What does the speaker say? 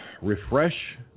refresh